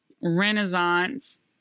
Renaissance